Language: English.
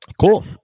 Cool